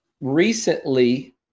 recently